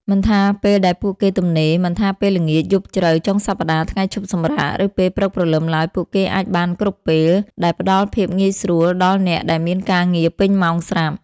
មិនថាពេលដែលពួកគេទំនេរ មិនថាពេលល្ងាច យប់ជ្រៅ ចុងសប្តាហ៍ ថ្ងៃឈប់សម្រាក ឬពេលព្រឹកព្រលឹមឡើយពួកគេអាចបានគ្រប់ពេលដែលផ្តល់ភាពងាយស្រួលដល់អ្នកដែលមានការងារពេញម៉ោងស្រាប់។